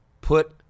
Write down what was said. Put